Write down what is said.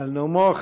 על נאומו.